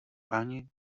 ani